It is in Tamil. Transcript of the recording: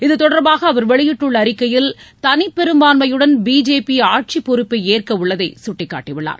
இத்தொடர்பாக அவர் வெளியிட்டுள்ள அறிக்கையில் தனிப்பெரும்பான்மையுடன் பிஜேபி ஆட்சிப்பொறுப்பை ஏற்க உள்ளதை சுட்டிக்காட்டியுள்ளார்